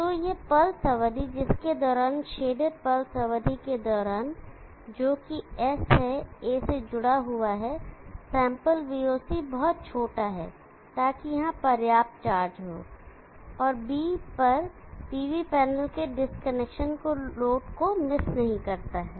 तो यह पल्स अवधि जिसके दौरान शेडेड पल्स अवधि के दौरान जोकि S है A से जुड़ा हुआ है सैंपल voc बहुत छोटा है ताकि यहां पर्याप्त चार्ज हो और बी पर PV पैनल के डिस्कनेक्शनको लोड मिस नहीं करता है